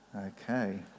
Okay